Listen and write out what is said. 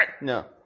no